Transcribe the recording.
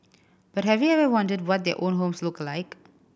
but have you ever wondered what their own homes look like